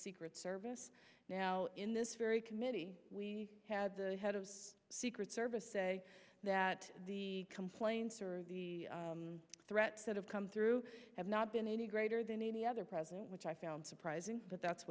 secret service now in this very committee we had the head of the secret service say that the complaints or the threats that have come through have not been any greater than any other president which i found surprising but that's